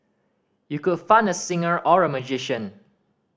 you could fund a singer or a magician